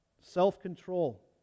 Self-control